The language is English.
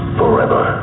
forever